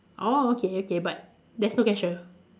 orh okay okay but there's no cashier